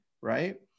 right